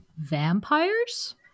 Vampires